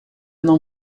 não